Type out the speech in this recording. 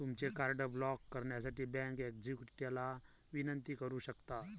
तुमचे card block करण्यासाठी bank एक्झिक्युटिव्हला विनंती करू शकता